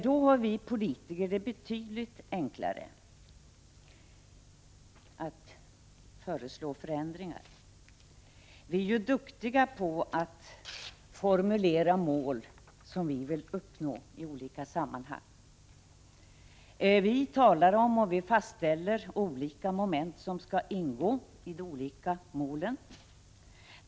Då är det betydligt enklare för oss politiker att föreslå förändringar. Vi är duktiga på att formulera mål som vi vill uppnå i olika sammanhang. Vi talar om och fastställer olika moment som skall ingå i de olika målen.